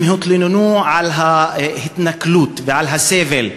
הם התלוננו על ההתנכלות ועל הסבל,